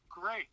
Great